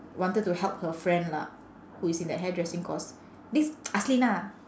wanted to help her friend lah who is in that hairdressing course this aslinah